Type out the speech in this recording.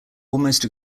almost